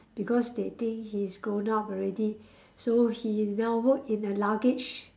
because they think he's grown up already so he now work in a luggage